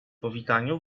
powitaniu